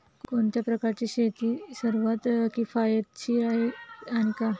कोणत्या प्रकारची शेती सर्वात किफायतशीर आहे आणि का?